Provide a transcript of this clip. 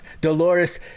Dolores